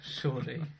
Surely